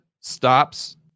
stops